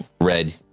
red